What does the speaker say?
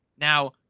Now